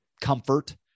comfort